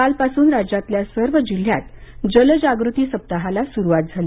कालपासून राज्यातल्या सर्व जिल्ह्यांत जलजागृती सप्ताहाला सुरुवात झाली